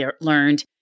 learned